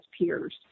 peers